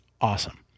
Awesome